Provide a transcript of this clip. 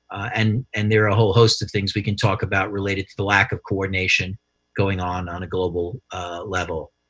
and and there are a whole host of things we can talk about related to the lack of coordination going on on a global level.